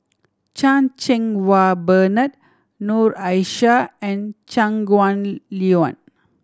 Chan Cheng Wah Bernard Noor Aishah and Shangguan Liuyun